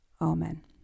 Amen